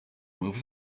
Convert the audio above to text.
move